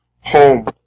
home